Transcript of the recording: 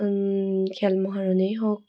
খেল মহাৰণেই হওক